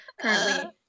currently